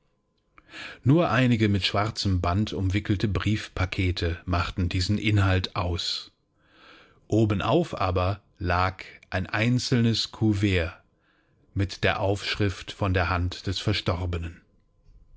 nur einige mit schwarzem band umwickelte briefpakete machten diesen inhalt aus obenauf aber lag ein einzelnes kouvert mit der aufschrift von der hand des verstorbenen